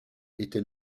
était